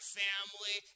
family